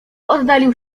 oddalił